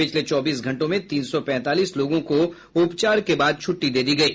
पिछले चौबीस घंटों में तीन सौ पैंतालीस लोगों को उपचार के बाद छूट्टी दे दी गयी